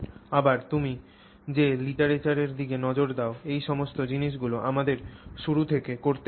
আবার তুমি যদি লিটারেচারের দিকে নজর দাও এই সমস্ত জিনিসগুলি আমাদের শুরু থেকে করতে হবে না